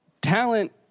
talent